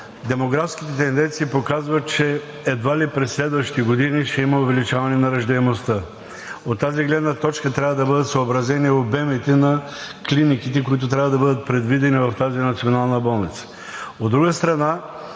демографските тенденции показват, че едва ли през следващите години ще има увеличаване на раждаемостта. От тази гледна точка трябва да бъдат съобразени обемите на клиниките, които трябва да бъдат предвидени в тази Национална болница. От друга страна,